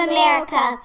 America